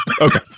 Okay